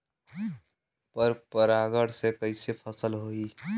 पर परागण से कईसे फसल होई?